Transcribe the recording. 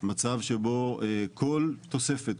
מצב שבו כל תוספת,